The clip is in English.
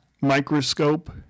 microscope